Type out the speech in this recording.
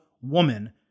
woman